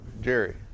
Jerry